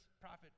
prophet